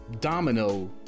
domino